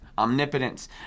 omnipotence